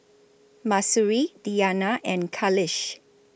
Mahsuri Diyana and Khalish